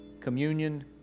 communion